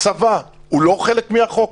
הצבא הוא לא חלק מהחוק?